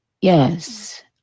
yes